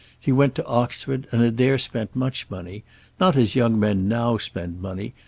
he went to oxford, and had there spent much money not as young men now spend money,